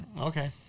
Okay